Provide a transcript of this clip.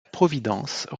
providence